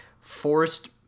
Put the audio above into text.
forced